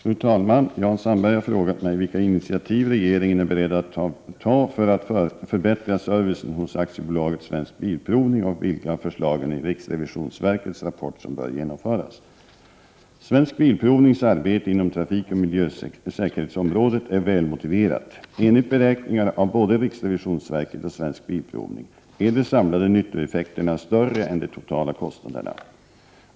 Fru talman! Jan Sandberg har frågat mig vilka initiativ regeringen är beredd att ta för att förbättra servicen hos AB Svensk Bilprovning och vilka av förslagen i riksrevisionsverkets rapport som bör genomföras. Svensk Bilprovnings arbete inom trafikoch miljösäkerhetsområdet är välmotiverat. Enligt beräkningar av både riksrevisionsverket och Svensk Bilprovning är de samlade nyttoeffekterna större än de totala kostnaderna.